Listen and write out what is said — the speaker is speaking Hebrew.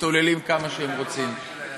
משתוללים כמה שהם רוצים,